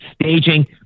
Staging